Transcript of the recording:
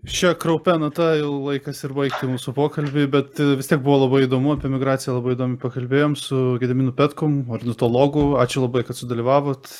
šia kraupia nata laikas ir baigti mūsų pokalbį bet vis tiek buvo labai įdomu apie emigraciją labai įdomiai pakalbėjom su gediminu petkum ornitologu ačiū labai kad sudalyvavot